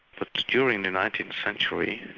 but during the nineteenth century,